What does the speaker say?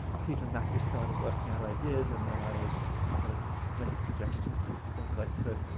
peter and matthew started working out ideas, and then i was kind of making suggestions to the extent that i could,